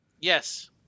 Yes